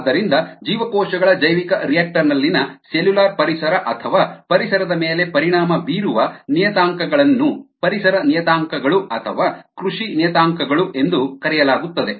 ಆದ್ದರಿಂದ ಜೀವಕೋಶಗಳ ಜೈವಿಕರಿಯಾಕ್ಟರ್ ನಲ್ಲಿನ ಸೆಲ್ಯುಲಾರ್ ಪರಿಸರ ಅಥವಾ ಪರಿಸರದ ಮೇಲೆ ಪರಿಣಾಮ ಬೀರುವ ನಿಯತಾಂಕಗಳನ್ನು ಪರಿಸರ ನಿಯತಾಂಕಗಳು ಅಥವಾ ಕೃಷಿ ನಿಯತಾಂಕಗಳು ಎಂದು ಕರೆಯಲಾಗುತ್ತದೆ